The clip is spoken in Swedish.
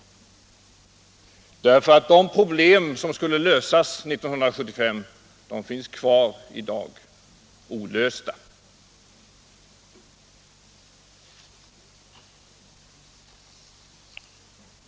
De problem som skulle lösas 1975 finns kvar i dag olösta.